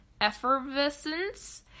effervescence